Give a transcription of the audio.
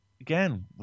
again